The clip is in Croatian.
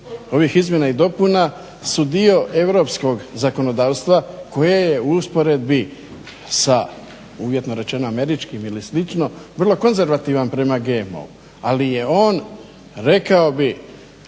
ovih izmjena i dopuna su dio europskog zakonodavstva koje je u usporedbi sa uvjetno rečeno američkim ili slično vrlo konzervativan prema GMO-u. Ali je on rekao bih